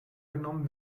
genommen